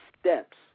steps